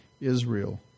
Israel